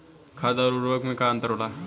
खाद्य आउर उर्वरक में का अंतर होला?